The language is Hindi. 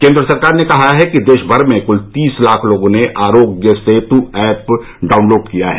केंद्र सरकार ने कहा है कि देशभर में कुल तीस लाख लोगों ने आरोग्य सेतु ऐप डाउनलोड किया है